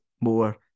more